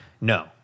no